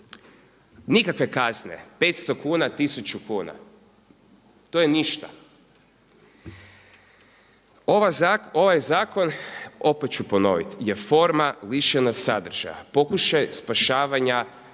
Nikakve kazne petsto kuna, tisuću kuna, to je ništa. Ovaj zakon opet ću ponoviti, je forma lišena sadržaja, pokušavaj spašavanja